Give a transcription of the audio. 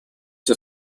все